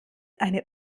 eine